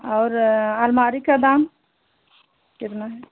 और अलमारी का दाम कितना है